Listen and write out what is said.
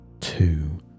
Two